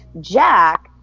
Jack